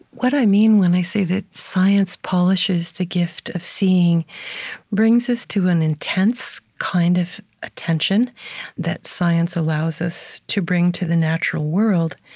what i mean when i say that science polishes the gift of seeing brings us to an intense kind of attention that science allows us to bring to the natural world,